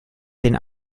den